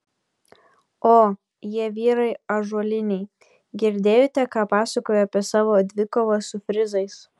o jie vyrai ąžuoliniai girdėjote ką pasakojo apie savo dvikovą su frizais